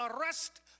arrest